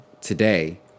today